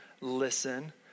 listen